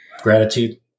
gratitude